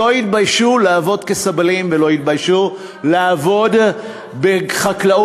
שלא התביישו לעבוד כסבלים ולא התביישו לעבוד בחקלאות,